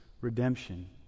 redemption